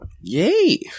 Yay